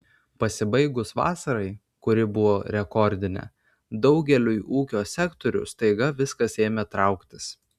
pasibaigus vasarai kuri buvo rekordinė daugeliui ūkio sektorių staiga viskas ėmė trauktis